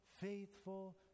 faithful